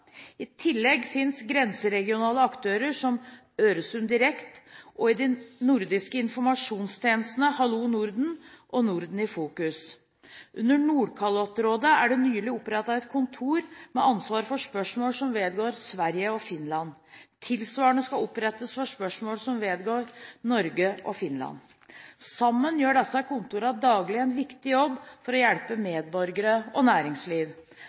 I tillegg finnes grenseregionale aktører som Øresund Direkt og de nordiske informasjonstjenestene Hallo Norden og Norden i Fokus. Under Nordkalottrådet er det nylig opprettet et kontor med ansvar for spørsmål som vedgår Sverige og Finland. Tilsvarende skal opprettes for spørsmål som vedgår Norge og Finland. Sammen gjør disse kontorene daglig en viktig jobb for å hjelpe medborgere og næringsliv.